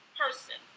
person